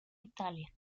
italia